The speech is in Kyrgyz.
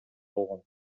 болгон